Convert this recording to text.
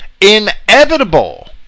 inevitable